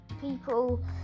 people